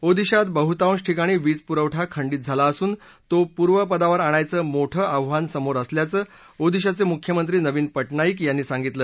ओदिशात बहुतांश ठिकाणी वीजपुरवठा खंडीत झाला असून तो पूर्वपदावर आणायचं मोठं आव्हान समोर असल्याचं ओदिशाचे मुख्यमंत्री नविन पटनाईक यांनी सांगितलं